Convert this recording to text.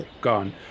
Gone